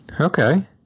Okay